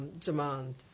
Demand